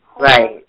Right